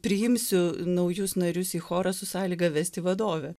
priimsiu naujus narius į chorą su sąlyga vesti vadovę